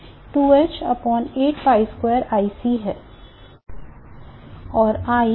और I m1 m2 m1 m2 है